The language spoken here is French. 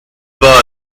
pas